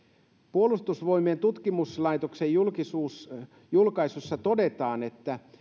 puolustusvoimien tutkimuslaitoksen julkaisussa julkaisussa todetaan että